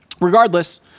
regardless